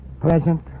Present